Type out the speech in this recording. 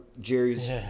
Jerry's